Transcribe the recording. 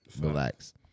relax